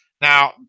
now